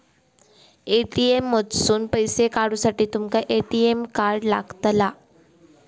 ATM मधसून पैसो काढूसाठी तुमका ए.टी.एम कार्ड लागतला